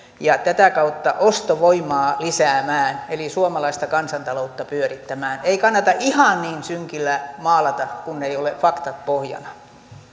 ja tätä kautta ostovoimaa lisäämään eli suomalaista kansantaloutta pyörittämään ei kannata ihan niin synkillä maalata kun ei ole faktat pohjana